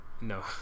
No